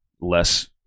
less